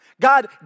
God